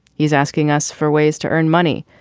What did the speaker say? he's asking us for ways to earn money,